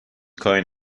کاری